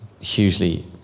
Hugely